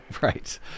Right